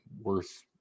worth